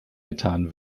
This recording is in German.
getan